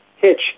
hitch